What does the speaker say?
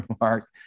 Mark